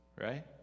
right